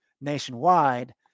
nationwide